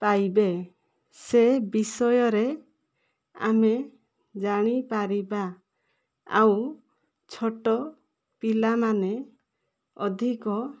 ପାଇବେ ସେ ବିଷୟରେ ଆମେ ଜାଣିପାରିବା ଆଉ ଛୋଟ ପିଲାମାନେ ଅଧିକ